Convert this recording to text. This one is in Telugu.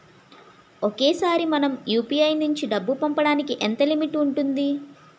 ఒకేసారి మనం యు.పి.ఐ నుంచి డబ్బు పంపడానికి ఎంత లిమిట్ ఉంటుంది?